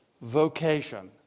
vocation